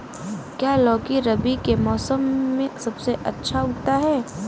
क्या लौकी रबी के मौसम में सबसे अच्छा उगता है?